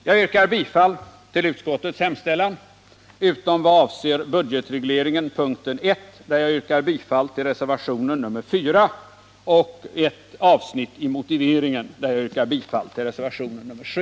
Jag yrkar bifall till utskottets hemställan utom vad avser budgetregleringen, punkt 1, där jag yrkar bifall till reservationen 4, och ett avsnitt i motiveringen, där jag yrkar bifall till reservationen 7.